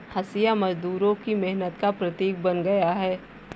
हँसिया मजदूरों की मेहनत का प्रतीक बन गया है